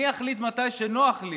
אני אחליט מתי נוח לי